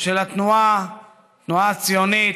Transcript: של התנועה הציונית: